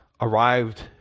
arrived